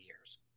years